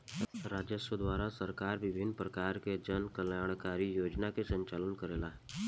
राजस्व द्वारा सरकार विभिन्न परकार के जन कल्याणकारी योजना के संचालन करेला